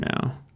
now